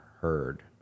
heard